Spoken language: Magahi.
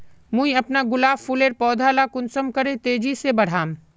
मुई अपना गुलाब फूलेर पौधा ला कुंसम करे तेजी से बढ़ाम?